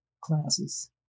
classes